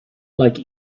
like